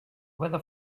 weather